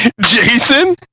Jason